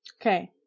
Okay